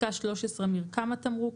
מרקם התמרוק.